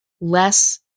less